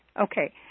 Okay